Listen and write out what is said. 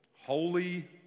Holy